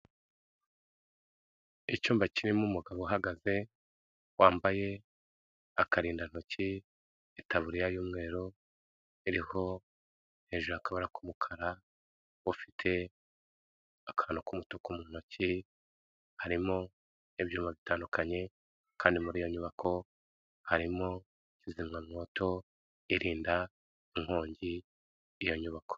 Icyumba kirimo umugabo uhagaze, wambaye akarindantoki, itaburiya y'umweru, iriho hejuru akabara k'umuka, ufite akantu k'umutuku mu ntoki, harimo ibyuma bitandukanye kandi muri iyo nyubako harimo kizimyamwoto irinda inkongi iyo nyubako.